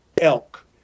elk